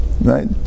right